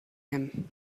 him